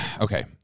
okay